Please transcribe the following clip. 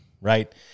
right